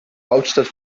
hauptstadt